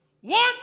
One